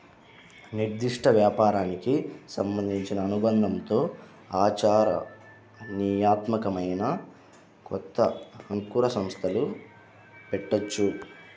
నిర్దిష్ట వ్యాపారానికి సంబంధించిన అనుభవంతో ఆచరణీయాత్మకమైన కొత్త అంకుర సంస్థలు పెట్టొచ్చు